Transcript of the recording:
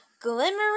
glimmering